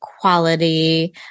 quality